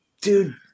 dude